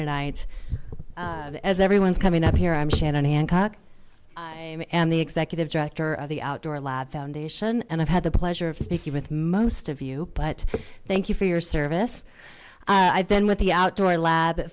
tonight as everyone's coming up here i'm shannon hancock and the executive director of the outdoor lab foundation and i've had the pleasure of speaking with most of you but thank you for your service i've been with the outdoor lab